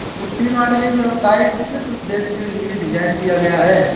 वित्तीय मॉडलिंग व्यवसाय किस उद्देश्य के लिए डिज़ाइन किया गया है?